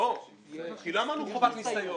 לא אמרנו חובת ניסיון.